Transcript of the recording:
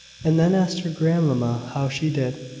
and then asked her grandmamma how she did.